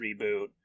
reboot